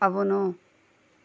అవును